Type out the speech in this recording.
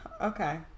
Okay